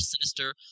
sinister